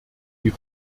die